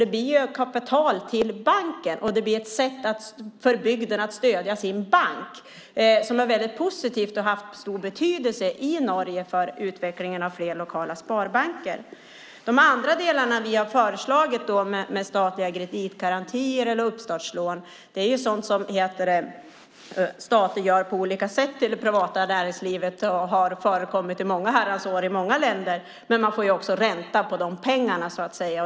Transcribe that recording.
Det blir kapital till banken, och det blir ett sätt för bygden att stödja sin bank som är väldigt positivt och har haft stor betydelse i Norge för utvecklingen av fler lokala sparbanker. De andra delar vi har föreslagit med statliga kreditgarantier eller uppstartslån är sådant som staten gör på olika sätt i det privata näringslivet och som har förekommit i många herrans år i många länder. Men man får också ränta på pengarna.